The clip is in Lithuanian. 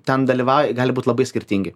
ten dalyvauja gali būt labai skirtingi